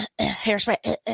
hairspray